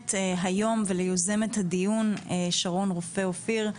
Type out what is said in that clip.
ליוזמת היום, וליוזמת הדיון, שרון רופא-אופיר.